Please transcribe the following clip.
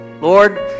Lord